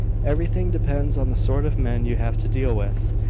everything depends on the sort of men you have to deal with,